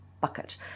bucket